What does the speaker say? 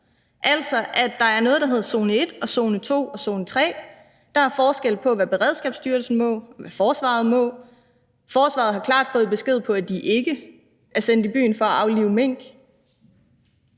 Altså, der er noget, der hedder zone 1, zone 2 og zone 3, der er forskel på, hvad Beredskabsstyrelsen må, og hvad forsvaret må. Forsvaret har klart fået besked på, at de ikke er sendt i byen for at aflive mink,